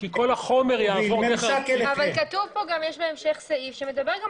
אבל כתוב פה יש בהמשך סעיף שמדבר על